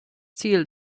ziel